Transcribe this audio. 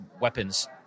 weapons